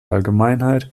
allgemeinheit